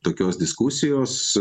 tokios diskusijos